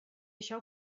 això